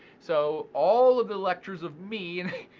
so all of the lectures of me.